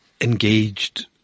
engaged –